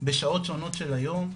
בשעות שונות של היום,